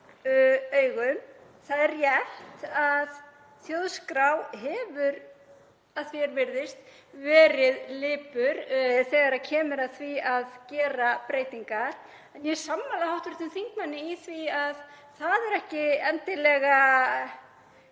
Það er rétt að þjóðskrá hefur, að því er virðist, verið lipur þegar kemur að því að gera breytingar. En ég er sammála hv. þingmanni í því að það eru ekki endilega